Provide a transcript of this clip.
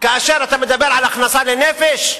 כאשר אתה מדבר על הכנסה לנפש,